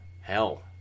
Hell